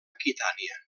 aquitània